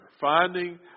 finding